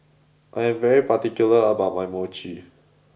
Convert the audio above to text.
I am very particular about my Mochi